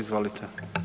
Izvolite.